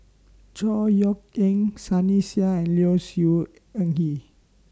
Chor Yeok Eng Sunny Sia and Low Siew Nghee